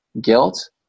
guilt